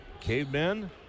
cavemen